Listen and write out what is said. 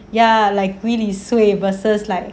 ya like gwee li sui versus like